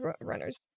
runners